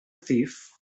thief